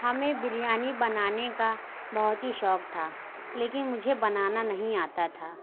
ہمیں بریانی بنانے کا بہت ہی شوق تھا لیکن مجھے بنانا نہیں آتا تھا